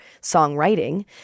songwriting